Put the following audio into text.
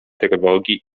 trwogi